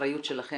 האחריות שלכם,